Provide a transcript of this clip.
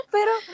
Pero